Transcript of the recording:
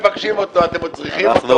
אתם מבקשים אותו, אתם מאוד צריכים אותו.